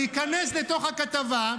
להיכנס לתוך הכתבה,